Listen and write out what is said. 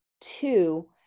two